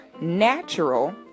natural